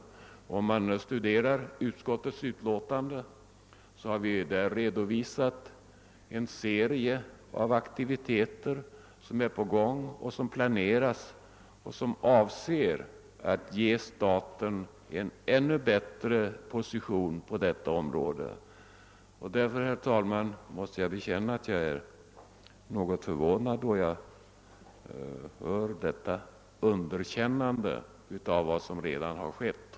Om man studerar utskottets utlåtande, finner man att vi där redovisat en serie av aktiviteter som pågår och som planeras i avsikt att ge staten en ännu bättre position på detta område. Jag måste bekänna att jag som sagt är ganska förvånad över att få höra detta underkännande av vad som redan har skett.